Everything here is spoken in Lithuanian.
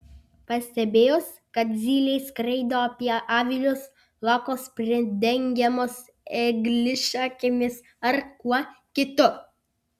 pastebėjus kad zylės skraido apie avilius lakos pridengiamos eglišakėmis ar kuo kitu